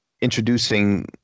introducing